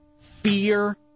fear